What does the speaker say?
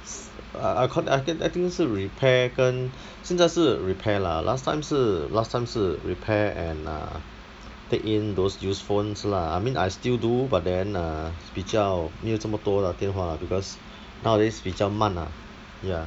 s~ I I I I think 是 repair 跟现在是 repair lah last time 是 last time 是 repair and err take in those used phones lah I mean I still do but then err 比较没有这么多 lah 电话 lah because nowadays 比较慢 lah ya